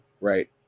right